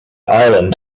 island